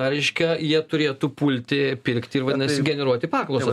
reiškia jie turėtų pulti pirkti ir vadinasi generuoti paklausą